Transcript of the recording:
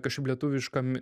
kažkaip lietuviškam